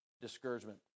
discouragement